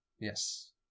Yes